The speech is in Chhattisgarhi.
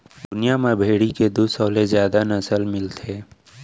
दुनिया म भेड़ी के दू सौ ले जादा नसल मिलथे